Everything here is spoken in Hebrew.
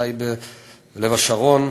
טייבה ולב-השרון,